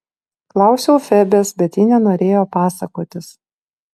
klausiau febės bet ji nenorėjo pasakotis